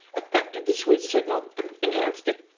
affected the sweet signal and enhanced it.